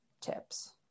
tips